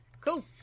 Cool